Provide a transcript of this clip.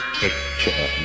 picture